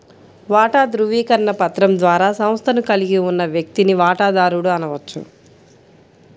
వాటా ధృవీకరణ పత్రం ద్వారా సంస్థను కలిగి ఉన్న వ్యక్తిని వాటాదారుడు అనవచ్చు